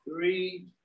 three